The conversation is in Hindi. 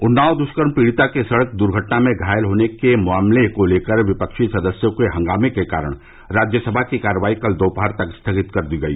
उन्नाव दुष्कर्म पीड़िता के सड़क दुर्घटना में घायल होने के मामले को लेकर विपक्षी सदस्यों के हंगामे के कारण राज्य सभा की कार्यवाही कल दोपहर तक स्थगित की गई